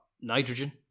nitrogen